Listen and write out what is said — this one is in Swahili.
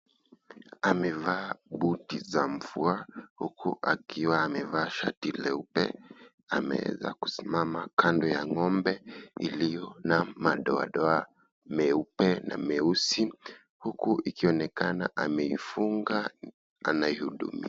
Amevaa buti za mfua huku akiwa amevaa shati leupe. Ameweza kusimama kando ya ngombe iliyo na madoadoa meupe na meusi huku ikionekana amefunga anahudumia.